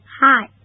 Hi